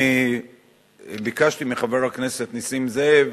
אני ביקשתי מחבר הכנסת נסים זאב,